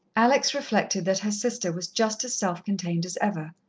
alex reflected that her sister was just as self-contained as ever.